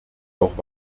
auch